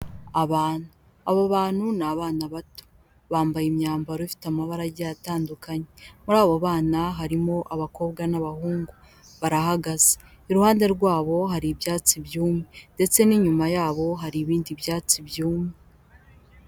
Abo bantu ni abana bato bambaye imyambaro ifite amabarage atandukanye muri abo bana harimo abakobwa n'abahungu barahagaze iruhande rwabo hari ibyatsi byumye ndetse n'inyuma yabo hari ibindi byatsi byumye.